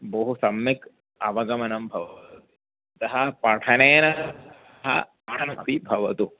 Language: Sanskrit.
बहु सम्यक् अवगमनं भव् अतः पठनेन सह पाठनमपि भवतु